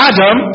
Adam